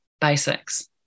basics